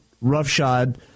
roughshod